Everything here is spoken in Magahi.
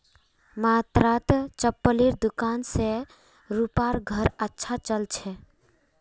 मात्र चप्पलेर दुकान स रूपार घर अच्छा चल छ